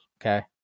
Okay